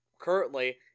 currently